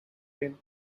been